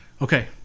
Okay